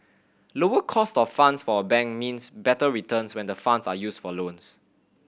lower cost of funds for a bank means better returns when the funds are used for loans